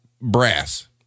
brass